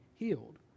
healed